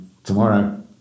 tomorrow